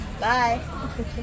Bye